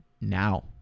now